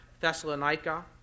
Thessalonica